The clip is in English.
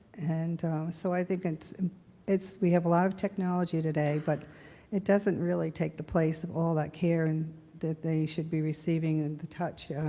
and so i think it's it's we have a lot of technology today, but it doesn't really take the place of all that care and that they should be receiving and touch.